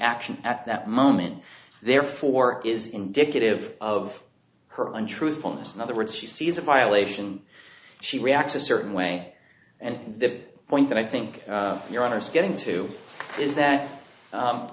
action at that moment therefore is indicative of current truthfulness in other words she sees a violation she reacts a certain way and the point that i think your honour's getting to is that